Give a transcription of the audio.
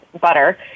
butter